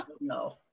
No